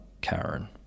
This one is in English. Karen